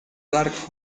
dark